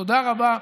תודה רבה.